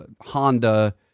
Honda